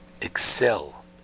excel